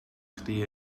chdi